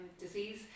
disease